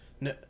No